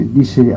disse